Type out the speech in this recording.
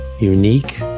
unique